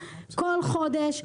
כל חודש.